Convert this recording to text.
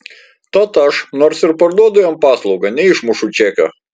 tad aš nors ir parduodu jam paslaugą neišmušu čekio